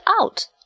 out